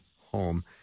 home